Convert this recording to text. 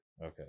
okay